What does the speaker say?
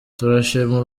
turashima